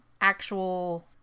actual